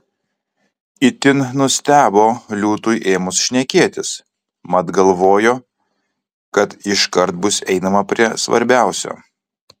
itin nustebo liūtui ėmus šnekėtis mat galvojo kad iškart bus einama prie svarbiausio